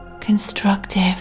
constructive